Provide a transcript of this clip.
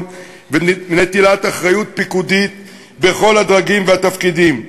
ונטילת אחריות פיקודית בכל הדרגים והתפקידים,